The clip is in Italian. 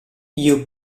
you